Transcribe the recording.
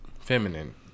feminine